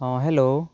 hello